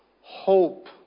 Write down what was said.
hope